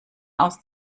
aus